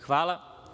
Hvala.